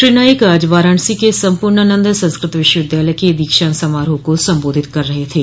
श्री नाईक आज वाराणसी के सम्पूर्णानन्द संस्कृत विश्वविद्यालय के दीक्षान्त समारोह को संबोधित कर रहे थे